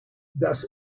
das